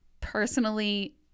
personally